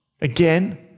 Again